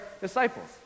disciples